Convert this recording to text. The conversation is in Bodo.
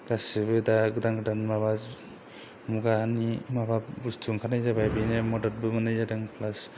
गासैबो दा गोदान गोदान माबा मुगानि माबा बुस्थु ओंखारनाय जाबाय बेनो मददबो मोननाय जादों प्लास